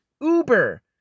uber